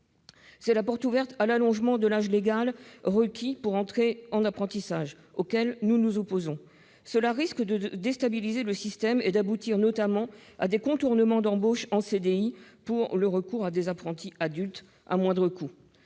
C'est la porte ouverte à l'augmentation de l'âge légal requis pour entrer en apprentissage, à laquelle nous nous opposons. Cela risque de déstabiliser le système et d'aboutir notamment à des contournements d'embauches en CDI, par le recours à des apprentis adultes à moindre coût.